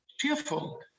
cheerful